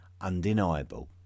undeniable